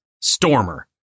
Stormer